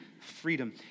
freedom